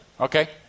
Okay